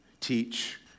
teach